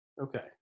Okay